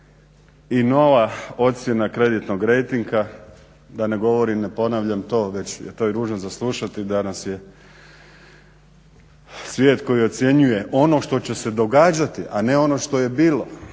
i nova ocjena kreditnog rejtinga, da ne govorim, ne ponavljam to, već je to i ružno za slušati da nas je svijet koji ocjenjuje ono što će se događati, a ne ono što je bilo,